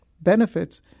benefits